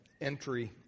entry